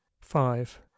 Five